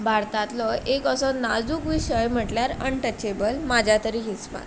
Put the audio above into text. भारतांतलो एक असो नाजूक विशय म्हटल्यार अनटचेबल म्हाज्या तरी हिसबान